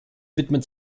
widmet